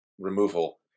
removal